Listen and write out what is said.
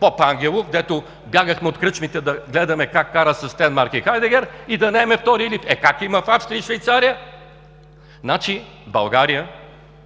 Попангелов, където бягахме от кръчмите, за да гледаме как кара със Стенмарк и Хайдегер и да нямаме втори лифт! Както има в Австрия и в Швейцария! България